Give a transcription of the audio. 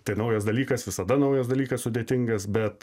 tai naujas dalykas visada naujas dalykas sudėtingas bet